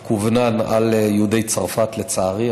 מכוונן על יהודי צרפת, לצערי.